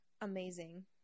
amazing